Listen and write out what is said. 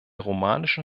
romanischen